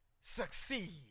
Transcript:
succeed